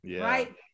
right